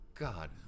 God